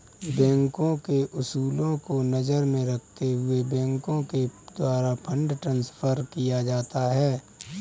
बैंकों के उसूलों को नजर में रखते हुए बैंकों के द्वारा फंड ट्रांस्फर किया जाता है